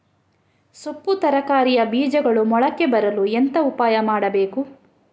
ಸೊಪ್ಪು ತರಕಾರಿಯ ಬೀಜಗಳು ಮೊಳಕೆ ಬರಲು ಎಂತ ಉಪಾಯ ಮಾಡಬೇಕು?